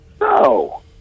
No